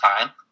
time